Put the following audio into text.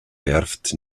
werft